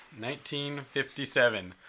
1957